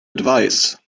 advise